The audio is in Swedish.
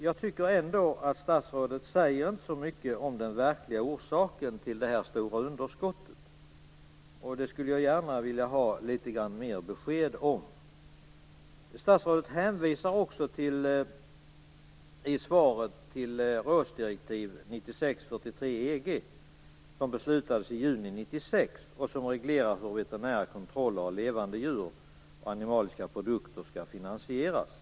Jag tycker ändå att statsrådet inte säger så mycket om den verkliga orsaken till det stora underskottet. Den skulle jag gärna vilja ha litet fler besked om. Statsrådet hänvisar också i svaret till rådsdirektiv 96 EG, som beslutades i juni 1996 och som reglerar hur veterinära kontroller av levande djur och animaliska produkter skall finansieras.